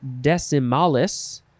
decimalis